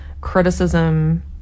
criticism